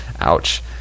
Ouch